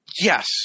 Yes